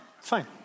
fine